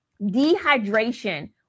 Dehydration